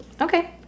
Okay